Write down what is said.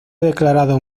declarado